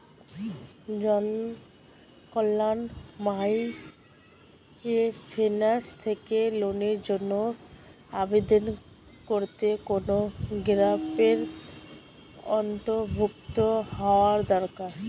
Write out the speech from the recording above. Janakalyan microfinance থেকে লোনের জন্য আবেদন করতে কোন গ্রুপের অন্তর্ভুক্ত হওয়া দরকার?